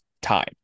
time